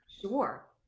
sure